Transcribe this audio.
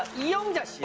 yeongja.